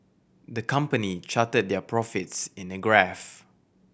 the company charted their profits in a graph